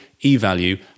eValue